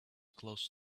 close